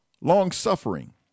long-suffering